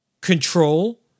control